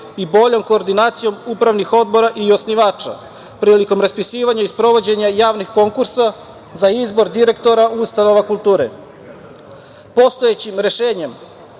i boljom koordinacijom upravnih odbora i osnivača, prilikom raspisivanja i sprovođenja javnih konkursa za izbor direktora ustanova kulture. Postojećim rešenjem